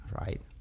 Right